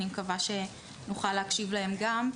אני מקווה שנוכל להקשיב להן גם.